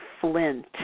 flint